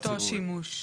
אותו שימוש.